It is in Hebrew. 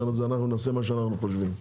נעשה מה שאנחנו רוצים.